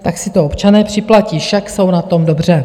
Tak si to občané připlatí, však jsou na tom dobře.